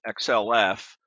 xlf